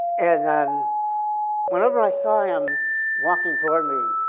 and, whenever i saw him walking toward me,